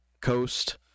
coast